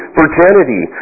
virginity